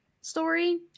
story